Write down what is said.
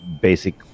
basic